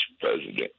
president